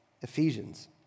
Ephesians